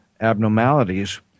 abnormalities